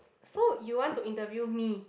so you want to interview me